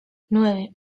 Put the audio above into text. nueve